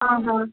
ஆமாம்